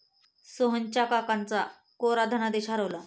सोहनच्या काकांचा कोरा धनादेश हरवला